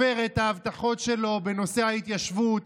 הפר את ההבטחות שלו בנושא ההתיישבות,